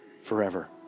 forever